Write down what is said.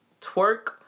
Twerk